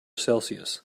celsius